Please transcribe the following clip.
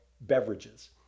beverages